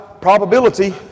probability